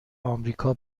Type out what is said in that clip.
آمریکا